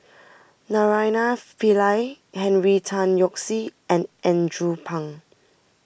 Naraina Pillai Henry Tan Yoke See and Andrew Phang